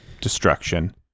destruction